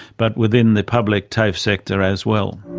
but within the public tafe sector as well.